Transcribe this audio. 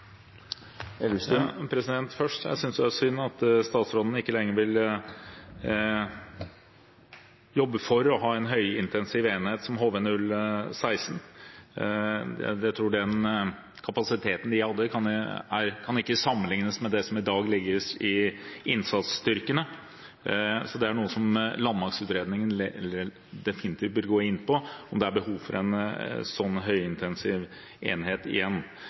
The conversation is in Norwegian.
Jeg synes det er synd at statsråden ikke lenger vil jobbe for å ha en høyintensiv enhet som HV-016. Jeg tror den kapasiteten de hadde, ikke kan sammenlignes med det som i dag ligger i innsatsstyrkene, det er noe som landmaktutredningen definitivt bør gå inn på – om det er behov for en sånn høyintensiv enhet igjen.